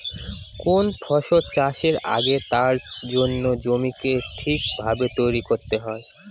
কোন ফসল চাষের আগে তার জন্য জমিকে ঠিক ভাবে তৈরী করতে হয়